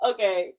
Okay